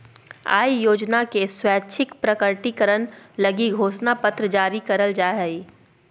आय योजना के स्वैच्छिक प्रकटीकरण लगी घोषणा पत्र जारी करल जा हइ